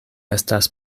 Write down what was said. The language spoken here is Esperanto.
estas